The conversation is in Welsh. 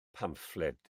pamffled